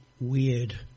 weird